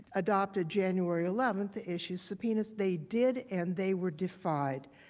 adopted january eleven, to issue subpoenas they did, and they were defied.